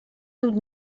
dut